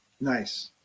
Nice